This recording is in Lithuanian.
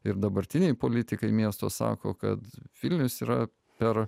ir dabartiniai politikai miesto sako kad vilnius yra per